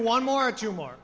one more two more